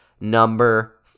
number